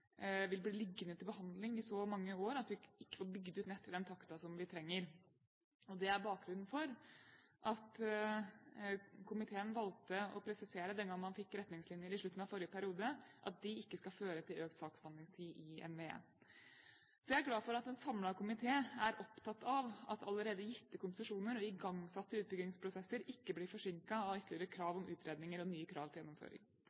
vil bli liggende til behandling i så mange år at vi ikke får bygd ut nettet i den takten som vi trenger. Det er bakgrunnen for at komiteen valgte å presisere, den gangen man fikk retningslinjer i slutten av forrige periode, at de ikke skal føre til økt saksbehandlingstid i NVE. Jeg er glad for at en samlet komité er opptatt av at allerede gitte konsesjoner og igangsatte utbyggingsprosesser ikke blir forsinket av ytterligere krav om utredninger og nye krav til gjennomføring.